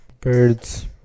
Birds